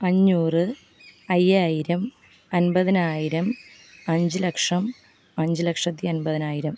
അഞ്ഞൂറ് അയ്യായിരം അൻപതിനായിരം അഞ്ച് ലക്ഷം അഞ്ച് ലക്ഷത്തി അൻപതിനായിരം